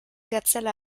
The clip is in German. gazelle